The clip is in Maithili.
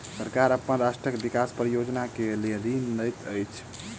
सरकार अपन राष्ट्रक विकास परियोजना के लेल ऋण लैत अछि